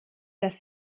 dass